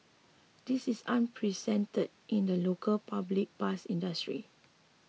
this is unprecedented in the local public bus industry